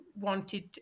wanted